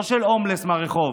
לא של הומלס מהרחוב,